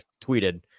tweeted